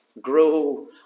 grow